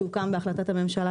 שהוקם בהחלטת הממשלה,